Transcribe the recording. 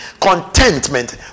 Contentment